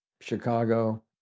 Chicago